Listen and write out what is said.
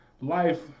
life